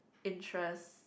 interest